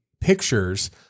pictures